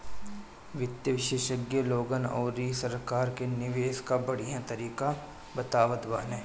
वित्त विशेषज्ञ लोगन अउरी सरकार के निवेश कअ बढ़िया तरीका बतावत बाने